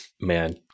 Man